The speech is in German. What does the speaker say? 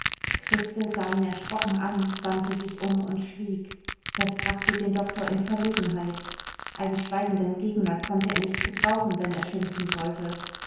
christel sah ihn erschrocken an wandte sich um und schwieg das brachte den doktor in verlegenheit einen schweigenden gegner konnte er nicht gebrauchen wenn er schimpfen wollte